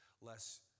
less